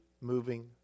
moving